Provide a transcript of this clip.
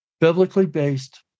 biblically-based